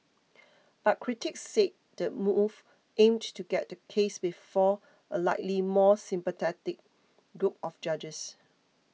but critics said the move aimed to get the case before a likely more sympathetic group of judges